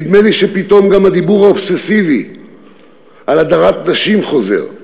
נדמה לי שפתאום גם הדיבור האובססיבי על הדרת נשים חוזר.